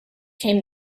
came